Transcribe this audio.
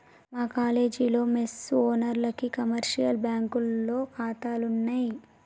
మా కాలేజీలో మెస్ ఓనర్లకి కమర్షియల్ బ్యాంకులో ఖాతాలున్నయ్